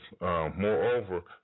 moreover